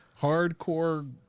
hardcore